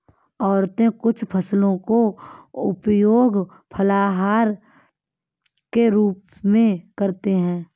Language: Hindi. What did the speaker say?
औरतें कुछ फसलों का उपयोग फलाहार के रूप में करते हैं